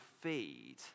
feed